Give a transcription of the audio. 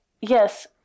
yes